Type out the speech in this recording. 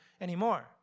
anymore